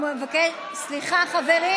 סליחה, חברים.